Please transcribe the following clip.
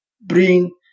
bring